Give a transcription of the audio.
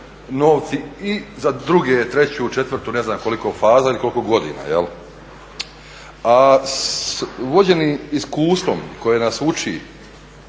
novci i za drugu, treću, četvrtu ne znam koliko faza ili koliko godina. A vođeni iskustvom koje nas uči